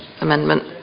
amendment